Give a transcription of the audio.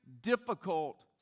difficult